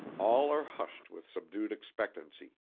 all are hushed with subdued expectancy.